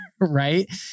Right